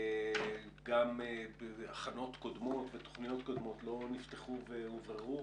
גם הכנות קודמות ותוכניות קודמות לא נפתחו ואווררו.